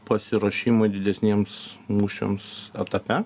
pasiruošimui didesniems mūšiams etape